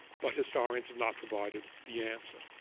but historians have not provided the answer.